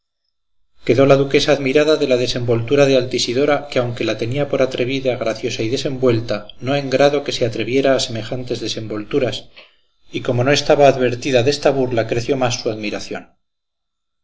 úbeda quedó la duquesa admirada de la desenvoltura de altisidora que aunque la tenía por atrevida graciosa y desenvuelta no en grado que se atreviera a semejantes desenvolturas y como no estaba advertida desta burla creció más su admiración